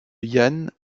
yan